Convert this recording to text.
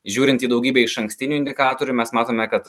žiūrint į daugybę išankstinių indikatorių mes matome kad